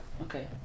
Okay